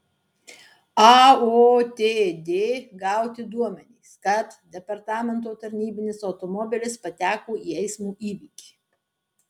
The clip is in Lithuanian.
aotd gauti duomenys kad departamento tarnybinis automobilis pateko į eismo įvykį